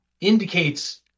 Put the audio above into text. indicates